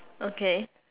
okay